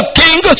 king